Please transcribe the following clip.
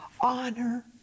honor